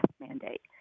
mandate